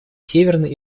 северной